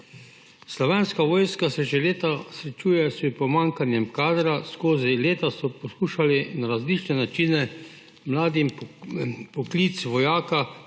Slovenska vojska se že leta srečuje s pomanjkanjem kadra. Skozi leta so poskušali na različne načine mladim poklic vojaka